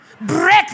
break